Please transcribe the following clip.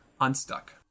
unstuck